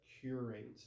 curate